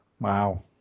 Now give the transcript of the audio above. Wow